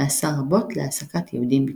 ועשה רבות להעסקת יהודים בתחומיה.